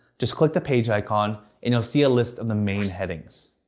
just click the page icon and you'll see a list of the main headings.